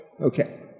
Okay